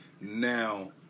Now